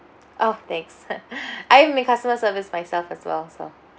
oh thanks I'm in customer service myself as well so